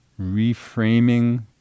reframing